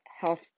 health